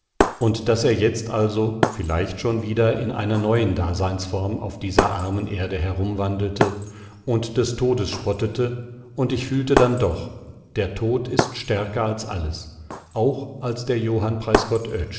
und daß er jetzt also vielleicht schon wieder in einer neuen daseinsform auf dieser armen erde herumwandelte und des todes spottete und ich fühlte dann doch der tod ist stärker als alles auch als der johann